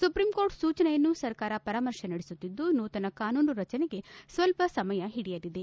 supreme court ಸೂಚನೆಯನ್ನು ಸರ್ಕಾರ ಪರಾಮರ್ಶೆ ನಡೆಸುತ್ತಿದ್ದು ನೂತನ ಕಾನೂನು ರಚನೆಗೆ ಸ್ವಲ್ಪ ಸಮಯ ಓಡಿಯಲಿದೆ